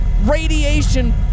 radiation